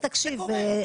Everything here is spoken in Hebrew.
אז תקשיב,